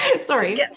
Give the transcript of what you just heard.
Sorry